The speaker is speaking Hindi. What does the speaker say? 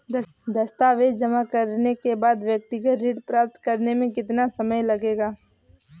दस्तावेज़ जमा करने के बाद व्यक्तिगत ऋण प्राप्त करने में कितना समय लगेगा?